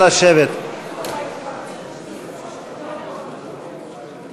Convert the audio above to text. אנחנו נכבד במליאה את שני חברינו שהלכו בתקופה האחרונה